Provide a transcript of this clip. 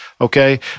okay